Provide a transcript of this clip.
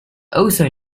also